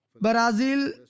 Brazil